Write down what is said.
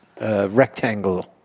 Rectangle